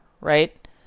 right